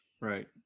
Right